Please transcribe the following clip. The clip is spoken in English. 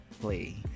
play